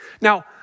Now